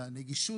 הנגישות,